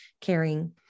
caring